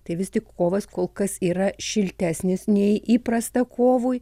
tai vis tik kovas kol kas yra šiltesnis nei įprasta kovui